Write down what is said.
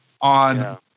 on